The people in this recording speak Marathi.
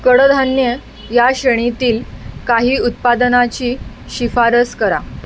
कडधान्य या श्रेणीतील काही उत्पादनाची शिफारस करा